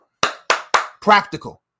Practical